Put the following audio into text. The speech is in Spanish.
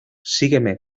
sígueme